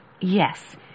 yes